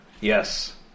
Yes